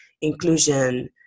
inclusion